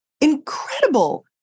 incredible